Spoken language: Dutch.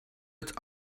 het